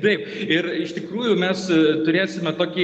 taip ir iš tikrųjų mes turėsime tokį